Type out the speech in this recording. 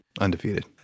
Undefeated